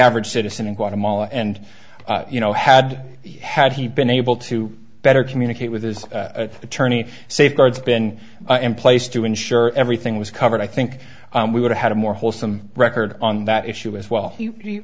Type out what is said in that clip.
average citizen in guatemala and you know had he had he been able to better communicate with his attorney safeguards been in place to ensure everything was covered i think we would have had a more wholesome record on that issue as well